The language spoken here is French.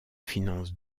finance